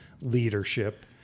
leadership